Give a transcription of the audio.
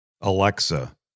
Alexa